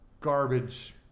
garbage